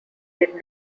did